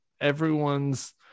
everyone's